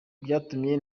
byatumye